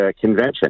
Convention